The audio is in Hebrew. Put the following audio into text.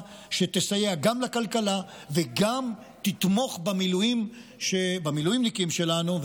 שגם תסייע לכלכלה וגם תתמוך במילואימניקים שלנו,